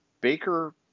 Baker